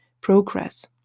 Progress